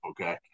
Okay